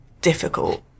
difficult